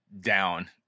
down